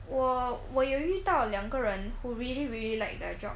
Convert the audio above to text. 我我有遇到两个人 who really really like their job